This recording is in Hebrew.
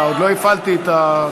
בבקשה.